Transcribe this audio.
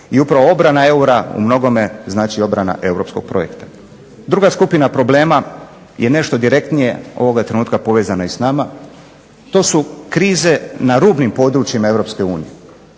i upravo obrana eura u mnogome znači obrana europskog projekta. Druga skupina problema je nešto direktnije ovoga trenutka povezana i s nama. To su krize na rubnim područjima